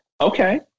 okay